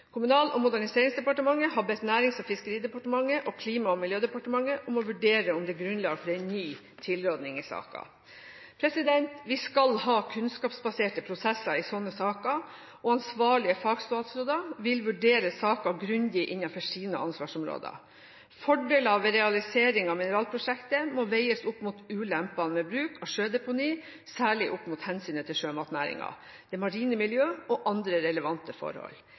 Kommunal- og moderniseringsdepartementet har bedt Nærings- og fiskeridepartementet og Klima- og miljødepartementet om å vurdere om det er grunnlag for en ny tilråding i saken. Vi skal ha kunnskapsbaserte prosesser i slike saker, og ansvarlige fagstatsråder vil vurdere saken grundig innenfor sine ansvarsområder. Fordeler ved realisering av mineralprosjektet må veies opp mot ulempene med bruk av sjødeponi, særlig opp mot hensynet til sjømatnæringen, det marine miljø og andre relevante forhold.